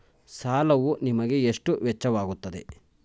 ಸಾಲವು ನಿಮಗೆ ಎಷ್ಟು ವೆಚ್ಚವಾಗುತ್ತದೆ?